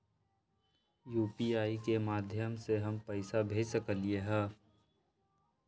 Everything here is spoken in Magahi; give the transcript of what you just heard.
यू.पी.आई के माध्यम से हम पैसा भेज सकलियै ह?